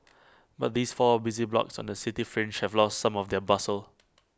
but these four busy blocks on the city fringe have lost some of their bustle